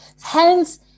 Hence